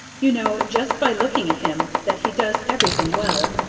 you know, just by looking at him, that he does everything well,